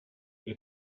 her